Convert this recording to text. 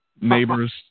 Neighbors